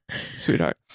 sweetheart